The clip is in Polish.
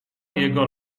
jego